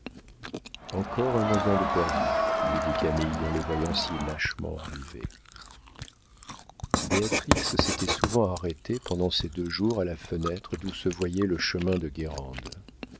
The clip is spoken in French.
encore un moyen de perdu lui dit camille en le voyant si lâchement arrivé béatrix s'était souvent arrêtée pendant ces deux jours à la fenêtre d'où se voit le chemin de